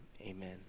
amen